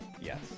Yes